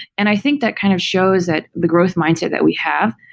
and i think that kind of shows that the growth mindset that we have,